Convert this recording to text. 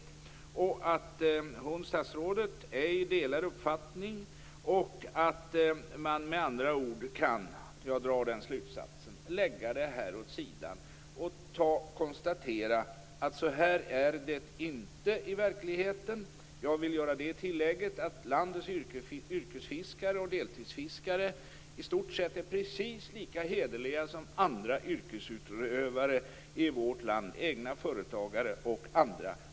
Statsrådet delar ej den uppfattning som kommer fram i rapporten. Med andra ord kan det hela läggas åt sidan, och det går att konstatera att det inte är så i verkligheten. Jag vill tillägga att landets yrkesfiskare och deltidsfiskare är i stort sett precis lika hederliga som andra yrkesutövare i vårt land, egna företagare och andra.